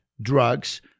drugs